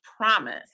promise